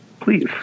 please